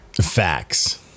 facts